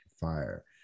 fire